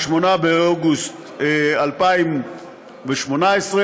8 באוגוסט 2018,